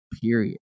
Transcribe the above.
period